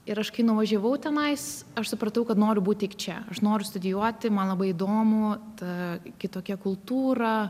ir aš kai nuvažiavau tenais aš supratau kad noriu būti tik čia aš noriu studijuoti man labai įdomu ta kitokia kultūra